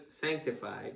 sanctified